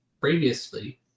previously